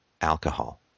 alcohol